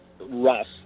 rough